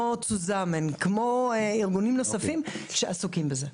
צוזאמן (Zusummen) וארגונים נוספים שעסוקים בזה.